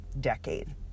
decade